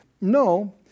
no